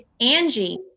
Angie